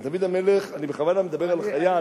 דוד המלך, אני בכוונה מדבר על חייל.